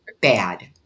bad